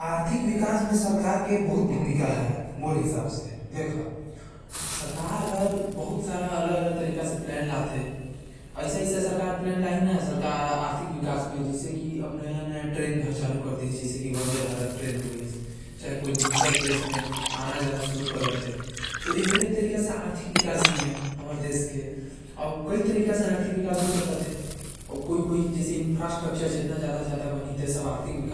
आर्थिक विकास म सरकार के बहुत बड़ा हाथ हवे, काबर की ओ हर ऐसा ऐसा योजना लेके आथे जो आर्थिक व्यवस्था म काफी मदद करथे। जितना भी नया निर्माण होथे सब देश के